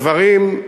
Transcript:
הדברים,